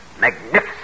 Magnificent